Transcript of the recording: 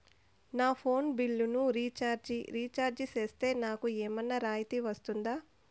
నా ఫోను బిల్లును recharge recharge సేస్తే, నాకు ఏమన్నా రాయితీ వస్తుందా?